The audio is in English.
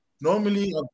normally